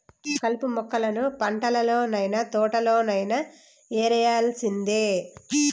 కలుపు మొక్కలను పంటల్లనైన, తోటల్లోనైన యేరేయాల్సిందే